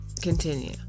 Continue